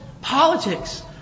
politics